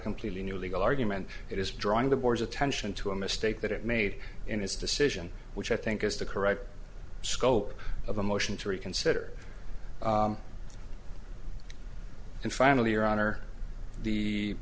completely new legal argument it is drawing the board's attention to a mistake that it made in his decision which i think is the correct scope of the motion to reconsider and finally your honor the